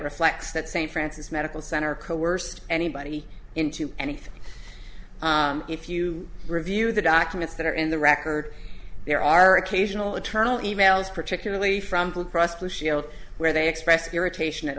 reflects that st francis medical center coerced anybody into anything if you review the documents that are in the record there are occasional internal e mails particularly from blue cross blue shield where they expressed irritation at